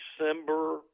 December –